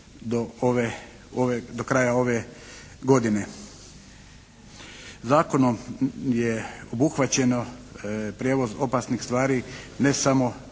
do kraja ove godine. Zakonom je obuhvaćeno prijevoz opasnih stvari ne samo